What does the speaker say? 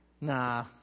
Nah